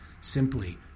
simply